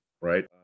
right